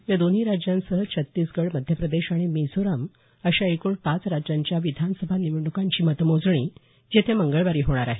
या दोन्ही राज्यांसह छत्तीसगड मध्यप्रदेश आणि मिझोराम अशा एकूण पाच राज्यांच्या विधानसभा निवडण्कांची मतमोजणी येत्या मंगळवारी होणार आहे